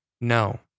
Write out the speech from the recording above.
No